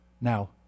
Now